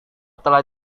telah